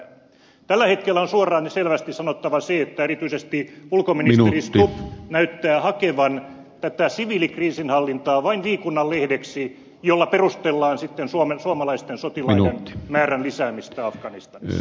tällä hetkellä on suoraan ja selvästi sanottava se että erityisesti ulkoministeri stubb näyttää hakevan tätä siviilikriisinhallintaa vain viikunanlehdeksi jolla perustellaan sitten suomalaisten sotilaiden määrän lisäämistä afganistanissa